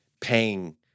paying